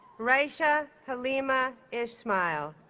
raisha haleema ismail